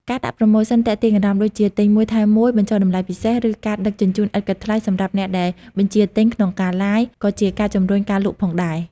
ការដាក់ប្រូម៉ូសិនទាក់ទាញអារម្មណ៍ ដូចជាទិញ ១ ថែម ១ បញ្ចុះតម្លៃពិសេស ឬការដឹកជញ្ជូនឥតគិតថ្លៃសម្រាប់អ្នកដែលបញ្ជាទិញក្នុងពេល Live ក៏ជាការជម្រុញការលក់ផងដែរ។